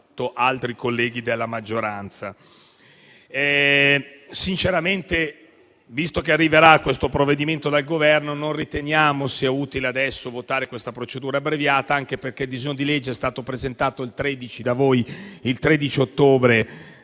altri colleghi della maggioranza. Sinceramente, visto che arriverà questo provvedimento del Governo, non riteniamo sia adesso utile votare la procedura abbreviata. Questo anche perché il disegno di legge è stato presentato il 13 ottobre